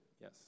Yes